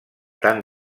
tant